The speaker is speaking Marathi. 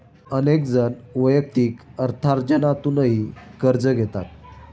अनेक जण वैयक्तिक अर्थार्जनातूनही कर्ज घेतात